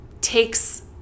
takes